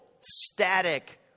Static